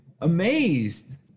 amazed